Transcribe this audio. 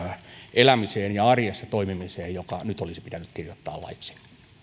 elämiseen ja arjessa toimimiseen joka nyt olisi pitänyt kirjoittaa laiksi